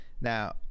Now